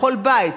לכל בית,